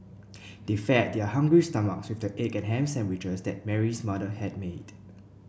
they fed their hungry stomachs with the egg and ham sandwiches that Mary's mother had made